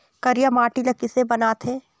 करिया माटी ला किसे बनाथे?